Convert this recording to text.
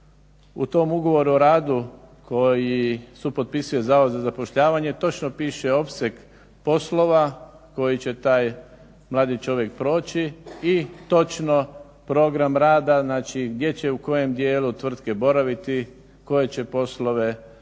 u tom ugovoru o radu koji supotpisuje Zavod za zapošljavanje točno piše opseg poslova koji će taj mladi čovjek proći i točno program rada, znači gdje će, u kojem dijelu tvrtke boraviti, koje će poslove obavljati.